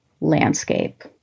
landscape